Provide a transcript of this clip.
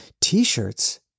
t-shirts